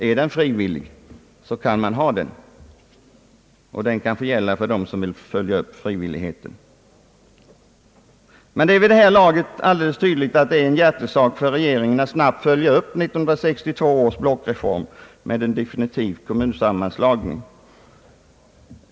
Är reformen frivillig kan den finnas kvar och få gälla för dem som vill följa upp densamma. Men vid det här laget är det tydligen en hjärtesak för regeringen att snabbt tvångsvis följa upp 1962 års blockreform med en definitiv kommunsammanläggning.